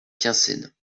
quinssaines